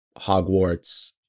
Hogwarts